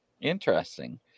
Interesting